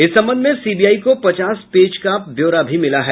इस संबंध में सीबीआई को पचास पेज का ब्यौरा भी मिला है